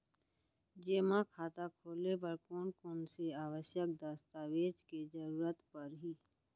जेमा खाता खोले बर कोन कोन से आवश्यक दस्तावेज के जरूरत परही?